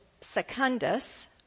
Secundus